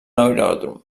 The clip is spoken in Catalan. aeròdrom